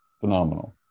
Phenomenal